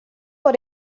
vor